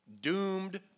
doomed